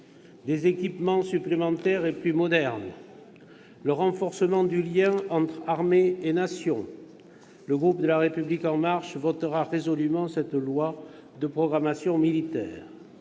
des équipements supplémentaires et plus modernes, le renforcement du lien entre armée et Nation, le groupe La République En Marche votera résolument ce texte. Nous avons